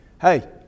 Hey